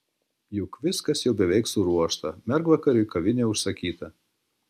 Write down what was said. juk viskas jau beveik suruošta mergvakariui kavinė užsakyta